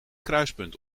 kruispunt